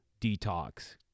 detox